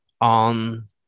on